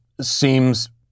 seems